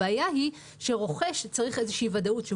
הבעיה היא שרוכש שצריך איזושהי ודאות,